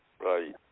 Right